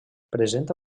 presenta